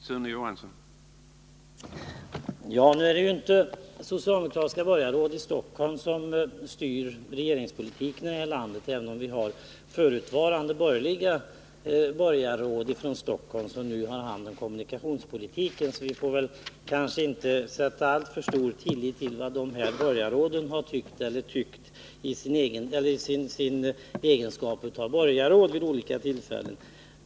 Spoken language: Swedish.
Herr talman! Nu är det ju inte socialdemokratiska borgarråd i Stockholm som styr regeringspolitiken i landet — även om vi har ett borgerligt f. d. borgarråd från Stockholm som nu har hand om kommunikationspolitiken — så vi får kanske inte sätta alltför stor tillit till vad de här borgarråden har tyckt i sin egenskap av borgarråd vid olika tillfällen.